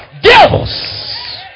devils